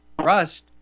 trust